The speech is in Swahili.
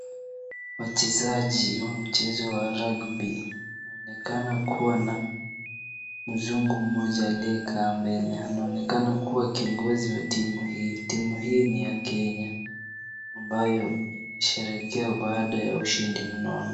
Wachezaji wa mchezo wa rugby . Wanaonekana kuwa na mzungu mmoja aliyekaa mbele anaonekana kuwa kiongozi wa timu hii. Timu hii ni ya Kenya ambayo husherehekea baada ya ushindi mnono.